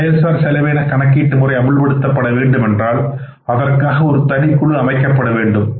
இந்த செயல் சார் செலவின கணக்கீட்டு முறை அமுல்படுத்தப்பட வேண்டும் என்றால் அதற்காக தனி ஒரு குழு அமைக்கப்பட வேண்டும்